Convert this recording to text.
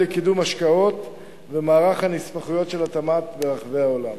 לקידום השקעות ומערך הנספחויות של התמ"ת ברחבי העולם,